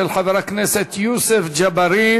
של חבר הכנסת יוסף ג'בארין